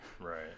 Right